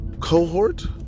cohort